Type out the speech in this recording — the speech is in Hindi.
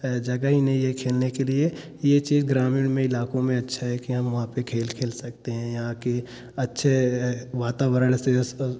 जगह ही नहीं है खेलने के लिए यह चीज़ ग्रामीण में इलाकों में अच्छा है की हम वहाँ पर खेल खेल सकतें है यहाँ के अच्छे वातावरण से